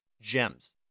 gems